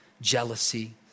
jealousy